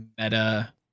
meta